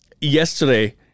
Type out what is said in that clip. yesterday